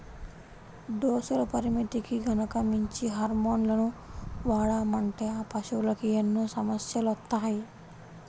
డోసుల పరిమితికి గనక మించి హార్మోన్లను వాడామంటే ఆ పశువులకి ఎన్నో సమస్యలొత్తాయి